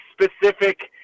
specific